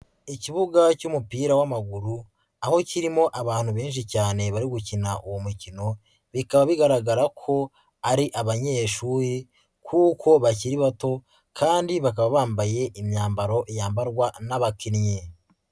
Ikibuga cy'umupira w'amaguru aho kirimo abantu benshi cyane bari gukina uwo mukino, bikaba bigaragara ko ari abanyeshuri kuko bakiri bato kandi bakaba bambaye imyambaro yambarwa n'abakinnyi.